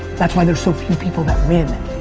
that's why there's so few people that win.